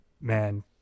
man